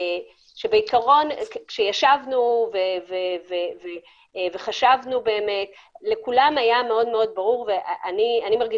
כשישבנו וחשבנו לכולם היה ברור ולהבנתי